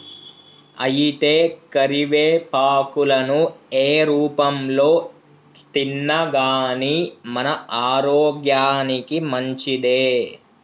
అయితే కరివేపాకులను ఏ రూపంలో తిన్నాగానీ మన ఆరోగ్యానికి మంచిదే